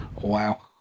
Wow